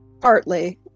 Partly